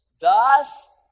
Thus